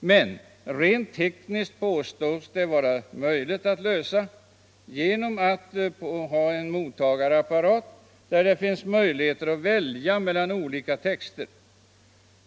men rent tekniskt påstås det = vara möjligt att lösa problemet genom en mottagarapparat där man kan = Underlättande för välja mellan olika texter.